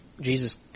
Jesus